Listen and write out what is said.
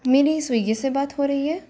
मेरी स्विगी से बात हो रही है